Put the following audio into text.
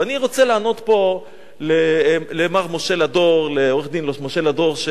ואני רוצה לענות פה לעורך-דין משה לדור,